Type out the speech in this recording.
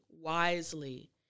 wisely